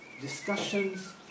discussions